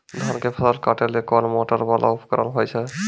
धान के फसल काटैले कोन मोटरवाला उपकरण होय छै?